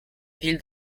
ville